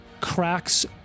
cracks